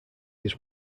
his